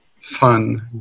fun